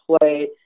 play